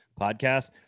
podcast